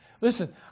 Listen